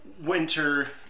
winter